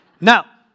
Now